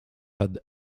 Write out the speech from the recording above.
had